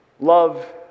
Love